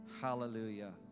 Hallelujah